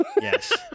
Yes